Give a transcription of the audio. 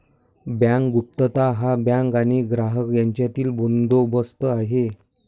bank गुप्तता हा bank आणि ग्राहक यांच्यातील बंदोबस्त आहे